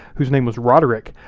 whose name was roderick,